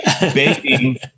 baking